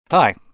hi.